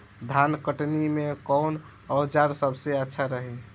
धान कटनी मे कौन औज़ार सबसे अच्छा रही?